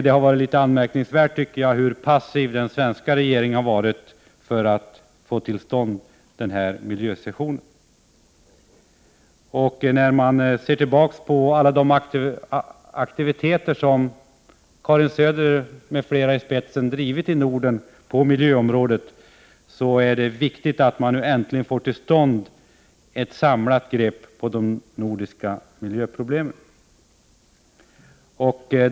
Det är anmärkningsvärt hur passiv den svenska regeringen har varit när det gällt att få till stånd den här miljösessionen. När man ser tillbaka på alla aktiviteter på miljöområdet i Norden från Karin Söder m.fl. måste man säga sig att det är viktigt att man nu äntligen får till stånd ett samlat grepp på de nordiska miljöproblemen.